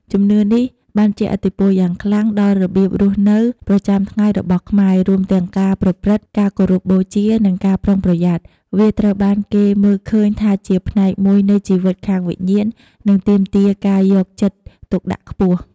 ជំនឿនេះបានជះឥទ្ធិពលយ៉ាងខ្លាំងដល់របៀបរស់នៅប្រចាំថ្ងៃរបស់ខ្មែរ រួមទាំងការប្រព្រឹត្ត ការគោរពបូជា និងការប្រុងប្រយ័ត្ន។ វាត្រូវបានគេមើលឃើញថាជាផ្នែកមួយនៃជីវិតខាងវិញ្ញាណ ដែលទាមទារការយកចិត្តទុកដាក់ខ្ពស់។